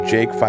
Jake